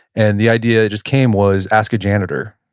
and the idea just came was ask a janitor.